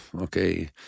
okay